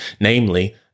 namely